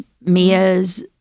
Mia's